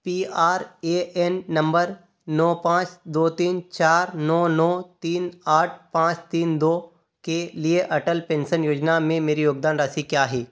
P R A N number नौ पाँच दो तीन चार नौ नौ तीन आठ पाँच तीन दो के लिए अटल पेंसन योजना में मेरी योगदान राशि क्या है